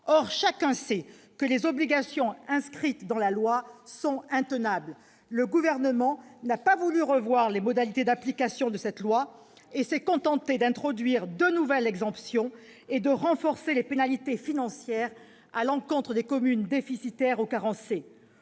Or chacun sait que les obligations inscrites dans la loi sont intenables. Le Gouvernement n'a pas voulu revoir les modalités d'application de cette loi et s'est contenté d'introduire deux nouvelles exemptions et de renforcer les pénalités financières à l'encontre des communes déficitaires ou carencées.